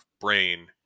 brain